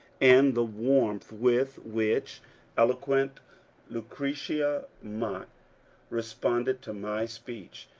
and the warmth with which eloquent lueretia mott responded to my speech.